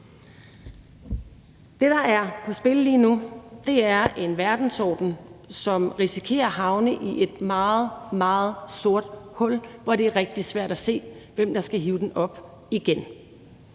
Det, der er på spil lige nu, er en verdensorden, som risikerer at havne i et meget, meget sort hul, hvor det rigtig svært at se, hvem der skal hive den op igen.